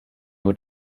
were